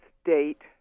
state